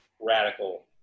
radical